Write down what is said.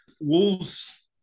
Wolves